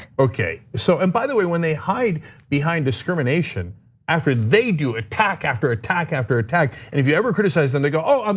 okay, and so and by the way, when they hide behind discrimination after they do attack after attack, after attack. and if you ever criticize them, they go, um